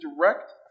direct